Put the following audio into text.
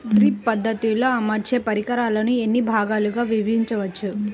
Drip పద్ధతిలో అమర్చే పరికరాలను ఎన్ని భాగాలుగా విభజించవచ్చు?